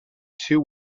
two